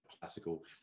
classical